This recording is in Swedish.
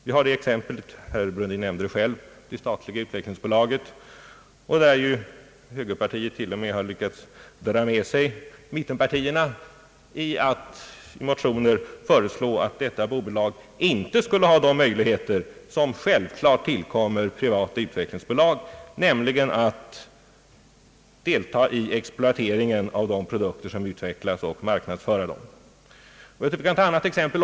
Vi har det exempel herr Brundin själv nämnde, det statliga utvecklingsbolaget, där högerpartiet till och med har lyckats dra med sig mittenpartierna till att i motioner föreslå att detta bolag inte skulle ha de möjligheter som självklart tillkommer privata utvecklingsbolag, nämligen att delta i exploateringen av de produkter som utvecklas och i dessas marknadsföring. Vi kan ta ytterligare ett exempel.